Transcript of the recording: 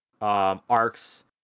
arcs